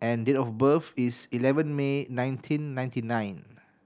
and date of birth is eleven May nineteen ninety nine